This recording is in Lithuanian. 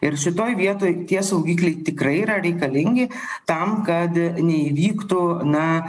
ir šitoj vietoj tie saugikliai tikrai yra reikalingi tam kad neįvyktų na